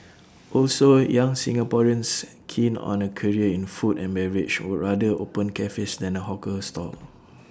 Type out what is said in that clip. also young Singaporeans keen on A career in food and beverage would rather open cafes than A hawker stall